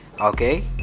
Okay